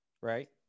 Right